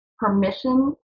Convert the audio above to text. permission